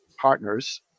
partners